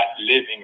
living